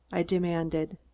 i demanded.